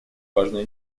важной